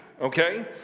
Okay